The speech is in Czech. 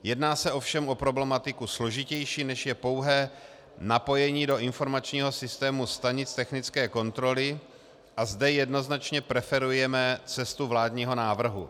Jedná se ovšem o problematiku složitější, než je pouhé napojení do informačního systému stanic technické kontroly, a zde jednoznačně preferujeme cestu vládního návrhu.